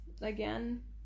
again